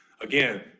again